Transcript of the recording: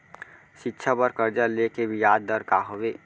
शिक्षा बर कर्जा ले के बियाज दर का हवे?